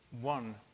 One